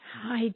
Hi